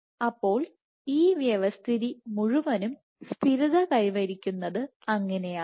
അപ്പോൾ ഈ വ്യവസ്ഥിതി മുഴുവനും സ്ഥിരത കൈവരിക്കുന്നത് അങ്ങനെയാണ്